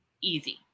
easy